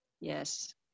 yes